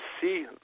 see